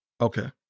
Okay